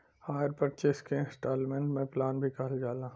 hire purchase के installment plan भी कहल जाला